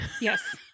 Yes